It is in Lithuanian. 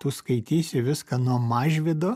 tu skaitysi viską nuo mažvydo